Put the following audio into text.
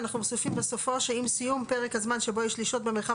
אנחנו מוסיפים בסופו שעם סיום פרק הזמן שבו יש לשהות במרחב